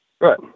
Right